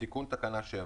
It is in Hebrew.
(להלן - החוק),